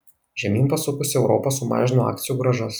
žemyn pasukusi europa sumažino akcijų grąžas